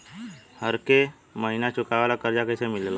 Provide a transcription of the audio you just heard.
हरेक महिना चुकावे वाला कर्जा कैसे मिली?